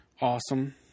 Awesome